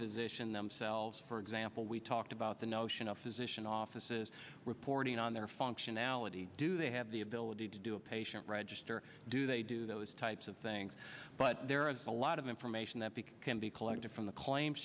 physician themselves for example we talked about the notion of physician offices reporting on their functionality do they have the ability to do a patient register do they do those types of things but there is a lot of information that can be collected from the claims